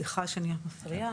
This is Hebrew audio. סליחה שאני מפריעה,